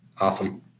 Awesome